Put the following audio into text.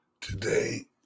Today